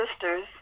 sisters